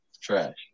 trash